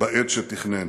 בעת שתכנן.